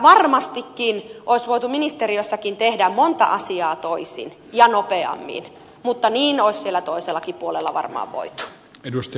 varmastikin olisi voitu ministeriössäkin tehdä monta asiaa toisin ja nopeammin mutta niin olisi siellä toisellakin puolella varmaan voitu